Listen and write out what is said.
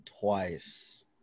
twice